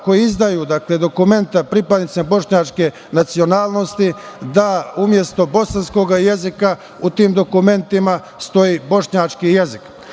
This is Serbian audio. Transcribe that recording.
koji izdaju dokumenta pripadnicima bošnjačke nacionalnosti, da umesto bosanskog jezika u tim dokumentima stoji bošnjački jezik. Ovo